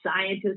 scientists